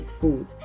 food